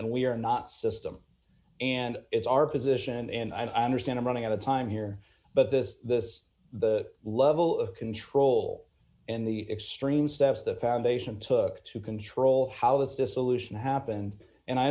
and we are not system and it's our position and i understand i'm running out of time here but this this the level of control and the extreme steps the foundation took to control how this dissolution happened and i